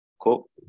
Cool